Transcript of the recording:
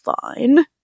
Fine